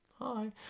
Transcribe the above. Hi